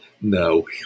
No